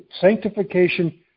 Sanctification